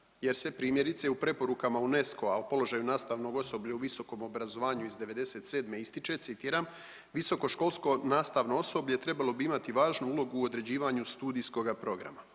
jer se primjerice u preporukama UNESCO-a o položaju nastavnog osoblja u visokom obrazovanju iz '97. ističe, citiram, visokoškolsko nastavno osoblje trebalo bi imati važnu ulogu u određivanju studijskoga programa,